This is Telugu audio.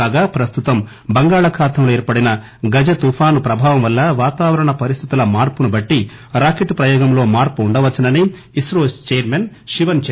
కాగా ప్రస్తుతం బంగాళాఖాతంలో ఏర్పడిన గజ తుఫాను ప్రభావం వల్ల వాతావరణ పరిస్థితుల మార్పును బట్టి రాకెట్ ప్రయోగంలో మార్పు ఉండవచ్చునని ఇన్రో చైర్మన్ శివన్ చెప్పారు